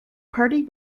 party